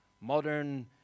modern